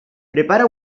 prepara